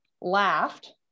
laughed